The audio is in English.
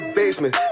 basement